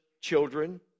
children